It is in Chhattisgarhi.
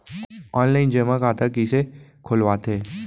ऑनलाइन जेमा खाता कइसे खोलवाथे?